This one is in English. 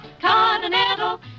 continental